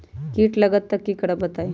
कीट लगत त क करब बताई?